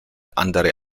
andere